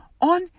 on